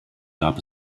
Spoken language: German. gab